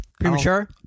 Premature